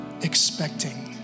expecting